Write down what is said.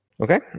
Okay